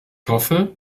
hoffe